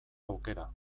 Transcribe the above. aukera